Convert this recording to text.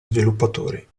sviluppatori